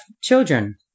children